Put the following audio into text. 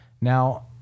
Now